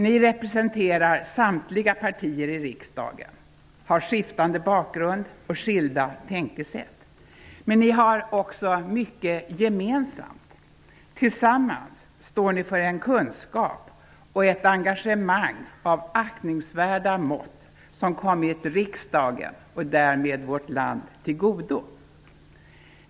Ni representerar samtliga partier i riksdagen, har skiftande bakgrund och skilda tänkesätt. Men ni har också mycket gemensamt. Tillsammans står ni för en kunskap och ett engagemang av aktningsvärda mått som kommit riksdagen och därmed vårt land till godo.